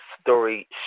story